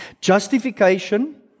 Justification